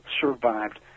survived